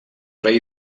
rei